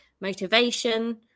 motivation